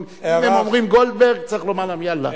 אם הם אומרים "גולדברג", צריך לומר להם "יאללה".